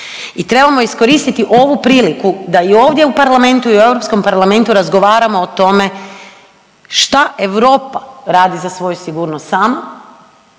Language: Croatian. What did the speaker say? I trebamo iskoristiti ovu priliku da i ovdje u Parlamenti i u Europskom parlamentu razgovaramo o tome što Europa radi za svoju sigurnost sama,